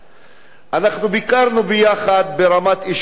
אנחנו ביקרנו ביחד ברמת-אשכול בלוד,